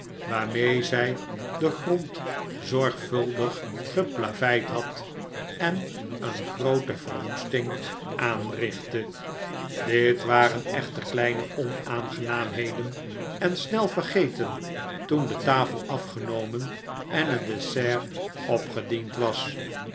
waarmee zij den grond zorgvuldig geplaveid had en een groote verwoesting aanrichtte dit waren echter kleine onaangenaamheden en snel vergeten toen de tafel afgenomen en het dessert opgediend was